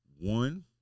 One